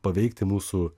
paveikti mūsų